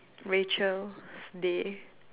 Rachel's day